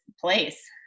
place